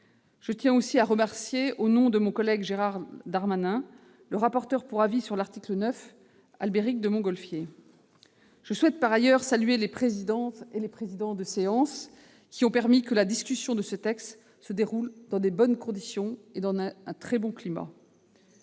Je tiens aussi à remercier, au nom de mon collègue Gérald Darmanin, le rapporteur pour avis sur l'article 9, Albéric de Montgolfier. Je souhaite par ailleurs saluer les présidentes et présidents de séance, qui ont permis que la discussion de ce texte se déroule dans de bonnes conditions et dans un très bon climat.